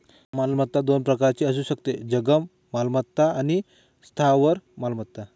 मालमत्ता दोन प्रकारची असू शकते, जंगम मालमत्ता आणि स्थावर मालमत्ता